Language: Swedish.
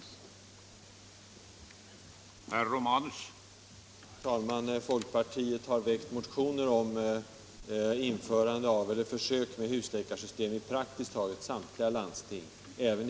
Och slutligen: Jag sade givetvis fel i mitt förra inlägg, vilket jag beklagar. Jag avsåg att säga att med fp:s program lär vi inte ens år 2000 ha ett husläkarsystem.